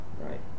right